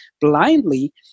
blindly